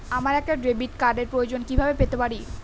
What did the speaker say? আমার একটা ডেবিট কার্ডের প্রয়োজন কিভাবে পেতে পারি?